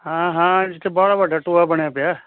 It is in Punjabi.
ਹਾਂ ਹਾਂ ਇਸ 'ਤੇ ਬੜਾ ਵੱਡਾ ਟੋਆ ਬਣਿਆ ਪਿਆ